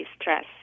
stress